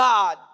God